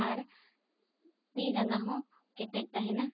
ᱟᱨ ᱛᱤ ᱡᱟᱸᱜᱟ ᱦᱚᱸ ᱠᱮᱴᱮᱡ ᱛᱟᱦᱮᱱᱟ